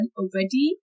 already